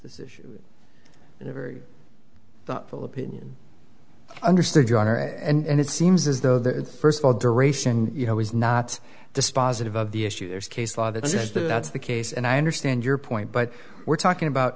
this issue in a very thoughtful opinion i understood your honor and it seems as though the first of all duration you know is not dispositive of the issue there's case law that says that's the case and i understand your point but we're talking about